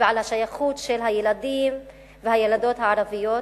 ועל השייכות של הילדים הערבים והילדות הערביות,